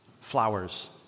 flowers